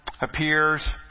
appears